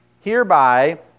Hereby